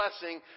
blessing